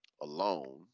alone